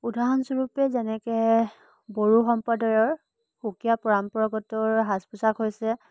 উদাহৰণস্বৰূপে যেনেকৈ বড়ো সম্প্ৰদায়ৰ সুকীয়া পৰম্পৰাগতৰ সাজ পোছাক হৈছে